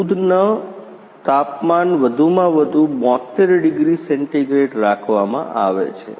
દૂધ નં તાપમાન વધુમાં વધુ ૭૨ ડિગ્રી સેન્ટીગ્રેડ રાખવામાં આવે છે